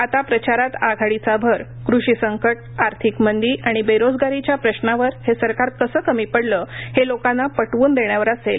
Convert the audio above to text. आता प्रचारात आघाडीचा भर कृषी संकट आर्थिक मंदी आणि बेरोजगारीच्या प्रश्नावर हे सरकार कसं कमी पडलं हे लोकांना पटवून देण्यावर असेल